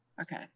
Okay